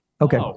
Okay